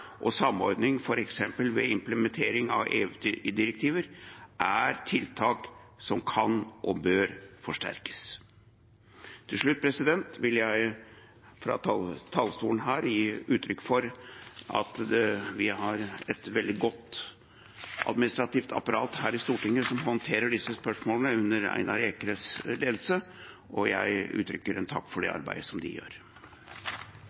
og samordning f.eks. ved implementering av EU-direktiver er tiltak som kan og bør forsterkes. Helt til slutt vil jeg fra talerstolen gi uttrykk for at vi har et veldig godt administrativt apparat her i Stortinget som håndterer disse spørsmålene, under Einar Ekerns ledelse, og jeg uttrykker en takk for det